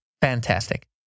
Fantastic